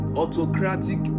autocratic